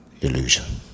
illusion